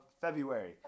February